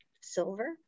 silver